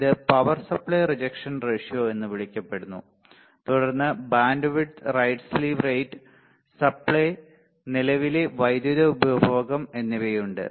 ഇത് power supply rejection ratio എന്ന് വിളിക്കപ്പെടുന്നു തുടർന്ന് bandwidth right slew rate supply നിലവിലെ വൈദ്യുതി ഉപഭോഗം എന്നിവയുണ്ട്